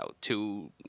two